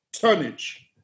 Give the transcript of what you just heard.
tonnage